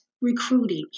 recruiting